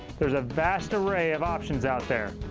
there's a vast array of options out there.